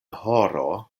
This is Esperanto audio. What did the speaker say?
horo